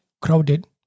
crowded